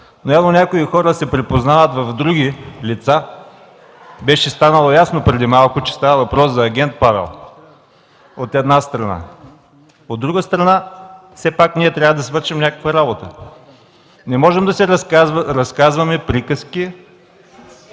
Но има някои хора, които се припознават в други лица. Беше станало ясно преди малко, че става въпрос за агент Павел, от една страна. От друга страна, все пак ние трябва да свършим някаква работа. Не можем да си разказваме приказки